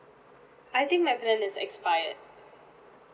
I think my plan has expired